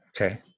Okay